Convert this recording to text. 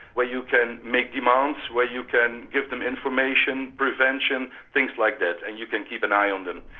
where you can make demands, where you can give them information, prevention, things like that, and you can keep an eye on them.